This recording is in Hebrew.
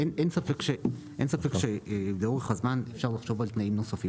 אין ספק שלאורך הזמן אפשר לחשוב על תנאים נוספים,